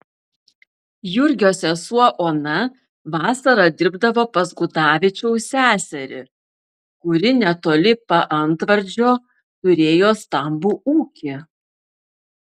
jurgio sesuo ona vasarą dirbdavo pas gudavičiaus seserį kuri netoli paantvardžio turėjo stambų ūkį